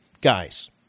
guys